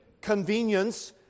convenience